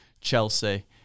Chelsea